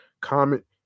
comment